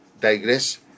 digress